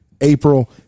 April